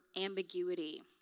ambiguity